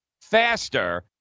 faster